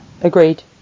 agreed